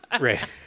Right